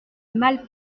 malle